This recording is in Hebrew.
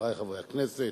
חברי חברי הכנסת,